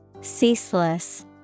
Ceaseless